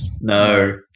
No